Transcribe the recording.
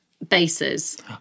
Bases